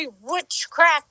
witchcraft